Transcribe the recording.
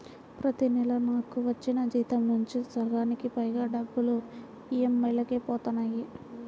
ప్రతి నెలా నాకు వచ్చిన జీతం నుంచి సగానికి పైగా డబ్బులు ఈఎంఐలకే పోతన్నాయి